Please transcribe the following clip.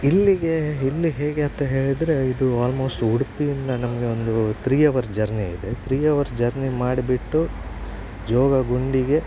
ಇಲ್ಲಿಗೆ ಇಲ್ಲಿ ಹೇಗೆ ಅಂತ ಹೇಳಿದರೆ ಇದು ಆಲ್ಮೋಸ್ಟ್ ಉಡುಪಿಯಿಂದ ನಮಗೆ ಒಂದು ತ್ರೀ ಅವರ್ ಜರ್ನಿ ಇದೆ ತ್ರೀ ಅವರ್ ಜರ್ನಿ ಮಾಡಿಬಿಟ್ಟು ಜೋಗ ಗುಂಡಿಗೆ